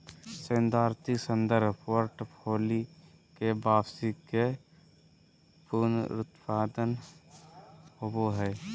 सैद्धांतिक संदर्भ पोर्टफोलि के वापसी के पुनरुत्पादन होबो हइ